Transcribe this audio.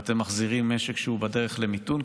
ואתם מחזירים משק שהוא בדרך למיתון,